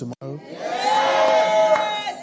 tomorrow